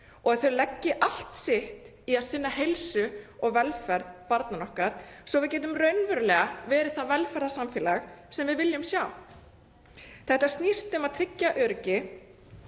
að hún leggi allt sitt í að sinna heilsu og velferð barnanna okkar svo að við getum raunverulega verið það velferðarsamfélag sem við viljum sjá. Þetta snýst um að tryggja öryggi